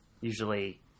usually